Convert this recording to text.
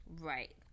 Right